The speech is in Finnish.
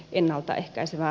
ennaltaehkäisevä